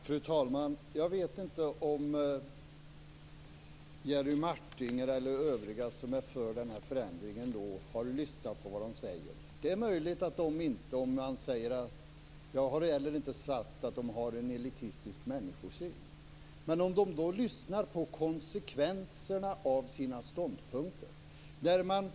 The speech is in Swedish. Fru talman! Jag vet inte om Jerry Martinger och övriga som är för den här förändringen har lyssnat på vad de själva säger. Det är möjligt att de inte har en elitistisk människosyn, och det har jag inte heller sagt. Men de borde lyssna på konsekvenserna av sina ståndpunkter.